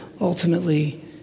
ultimately